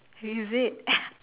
is it